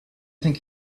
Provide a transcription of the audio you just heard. think